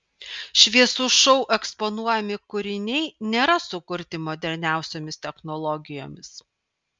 šviesų šou eksponuojami kūriniai nėra sukurti moderniausiomis technologijomis